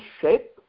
shape